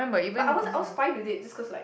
but I was I was fine with it just cause like